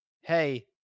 hey